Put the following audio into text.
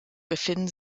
befinden